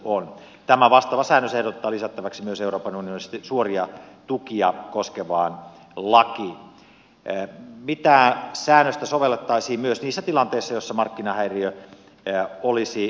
tämä vastaava säännös ehdotetaan lisättäväksi myös euroopan unionin suoria tukia koskevaan lakiin mitä säännöstä sovellettaisiin myös niissä tilanteissa joissa markkinahäiriö olisi